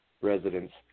residents